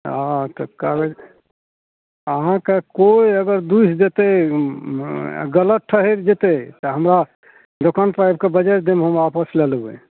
तऽ अहाँके कागज अहाँके कोइ अगर दूसि देतय गलत ठहरि जेतय तऽ हमरा दोकानपर आबि कऽ बजारि देब हम आपस लए लेबय